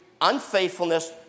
unfaithfulness